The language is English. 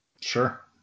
Sure